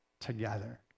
together